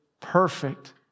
perfect